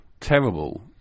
terrible